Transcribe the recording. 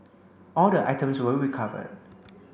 all the items were recovered